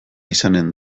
izanen